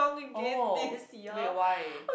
oh wet wine